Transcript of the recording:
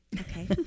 okay